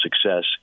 success